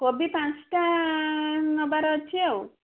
କୋବି ପାଞ୍ଚଟା ନେବାର ଅଛି ଆଉ